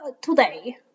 today